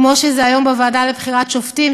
כמו שזה היום בוועדה לבחירת שופטים,